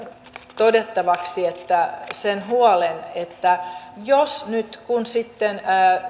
todettavaksi sen huolen että jos nyt kun sitten